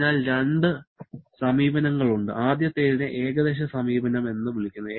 അതിനാൽ രണ്ട് സമീപനങ്ങളുണ്ട് ആദ്യത്തേതിനെ ഏകദേശ സമീപനം എന്ന് വിളിക്കുന്നു